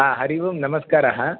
आ हरिः ओम् नमस्कारः